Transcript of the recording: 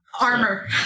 Armor